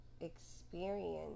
experience